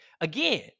again